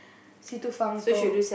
Si Tu Feng told